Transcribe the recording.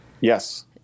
Yes